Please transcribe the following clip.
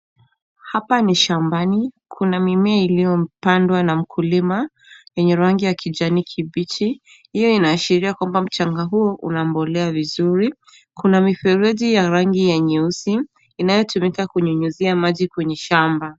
Hapa ni shambani, kuna mimea iliyopandwa na mkulima yenye rangi ya kijani kibichi. Hiyo inaashiria kuwa mchanga huo una mbolea vizuri. Kuna mifereji ya rangi ya nyeusi inayotumika kutumika kunyunyizia maji kwenye shamba.